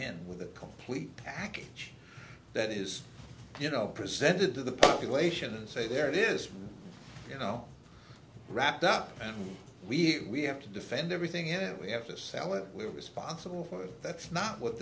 in with a complete package that is you know presented to the population and say there it is you know wrapped up and we have to defend everything in it we have to sell it we're responsible for it that's not what